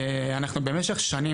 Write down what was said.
אנחנו במשך שנים,